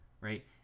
right